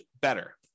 better